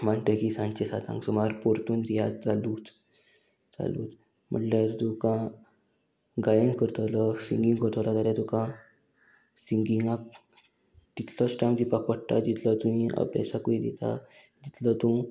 माटगी सांचे सातांक सुमार परतून रियात चालूच चालूच म्हणल्यार तुका गायन करतलो सिंगींग करतलो जाल्यार तुका सिंगिंगाक तितलोच टायम दिवपाक पडटा जितलो तुवें अभ्यासाकूय दिता तितलो तूं